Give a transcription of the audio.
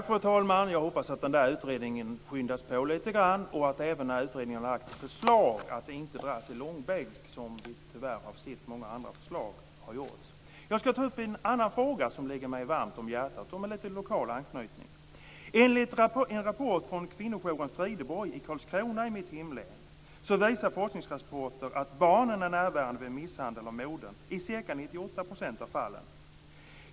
Fru talman! Jag hoppas att den utredningen skyndas på lite grann och att förslaget, när utredningen har lagt fram det, inte dras i långbänk. Det har vi tyvärr sett hända med många andra förslag. Jag ska ta upp en annan fråga som ligger mig varmt om hjärtat och som har lite lokal anknytning. Karlskrona, mitt hemlän, visar att barnen är närvarande vid misshandel av modern i ca 98 % av fallen.